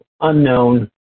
unknown